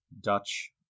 dutch